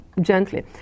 gently